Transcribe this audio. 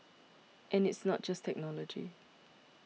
and it's not just technology